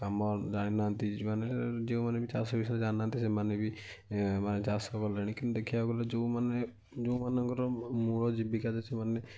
କାମ ଜାଣିନାହାଁନ୍ତି ଯେଉଁମାନେ ଯେଉଁମାନେ ବି ଚାଷ ବିଷୟରେ ଜାଣିନାହାଁନ୍ତି ସେମାନେ ବି ମାନେ ଚାଷ କଲେଣି କିନ୍ତୁ ଦେଖିବାକୁ ଗଲେ ଯେଉଁମାନେ ଯେଉଁମାନଙ୍କର ମୂଳ ଜୀବିକା ସେମାନେ